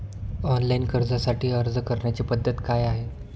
Online कर्जासाठी अर्ज करण्याची पद्धत काय आहे?